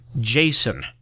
JASON